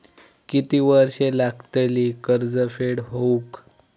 किती वर्षे लागतली कर्ज फेड होऊक?